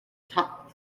top